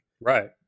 Right